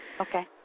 Okay